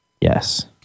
yes